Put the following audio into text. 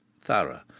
thorough